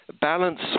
balance